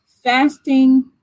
fasting